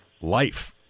life